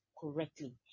correctly